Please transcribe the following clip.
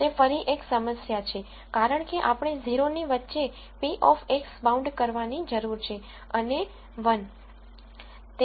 તે ફરી એક સમસ્યા છે કારણ કે આપણે 0 ની વચ્ચે p of x બાઉન્ડ કરવાની જરૂર છે અને 1